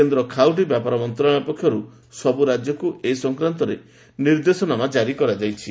କେନ୍ଦ୍ର ଖାଉଟି ବ୍ୟାପାର ମନ୍ତ୍ରଣାଳୟ ପକ୍ଷର୍ ସବୁ ରାଜ୍ୟକ୍ତ ଏ ସଂକ୍ରାନ୍ତରେ ନିର୍ଦ୍ଦେଶନାମା କାରି କରାଯାଇଛି